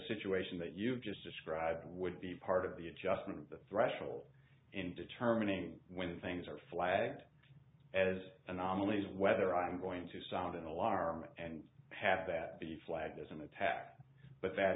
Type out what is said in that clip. situation that you've just described would be part of the adjustment the threshold in determining when things are flagged as anomalies whether i'm going to sound an alarm and have that be flagged as an attack but that